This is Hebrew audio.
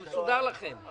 מסודר לכם, הכול בסדר.